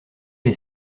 des